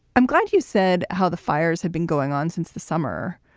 i'm glad you said how the fires had been going on since the summer,